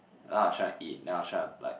then I was trying to eat then I was trying to like